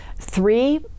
three